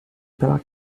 pela